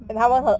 mm